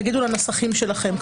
תגידו לנסחים שלכם.